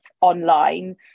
online